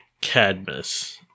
Cadmus